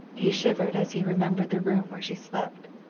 he shivered as he remembered the room where she slept,